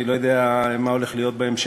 אני לא יודע מה הולך להיות בהמשך.